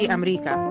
America